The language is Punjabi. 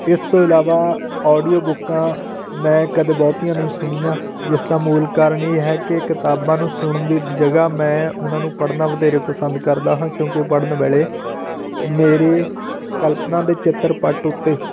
ਇਸ ਤੋਂ ਇਲਾਵਾ ਓਡੀਓ ਬੁੱਕਾਂ ਮੈਂ ਕਦੇ ਬਹੁਤੀਆਂ ਨਹੀਂ ਸੁਣੀਆਂ ਜਿਸ ਦਾ ਮੂਲ ਕਾਰਨ ਇਹ ਹੈ ਕਿ ਕਿਤਾਬਾਂ ਨੂੰ ਸੁਣਨ ਦੀ ਜਗ੍ਹਾ ਮੈਂ ਉਹਨਾਂ ਨੂੰ ਪੜ੍ਹਨਾ ਵਧੇਰੇ ਪਸੰਦ ਕਰਦਾ ਹਾਂ ਕਿਉਂਕਿ ਪੜ੍ਹਨ ਵੇਲੇ ਮੇਰੇ ਕਲਪਨਾ ਦੇ ਚਿੱਤਰ ਪੱਟ ਉੱਤੇ